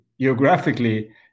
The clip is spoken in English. geographically